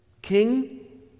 King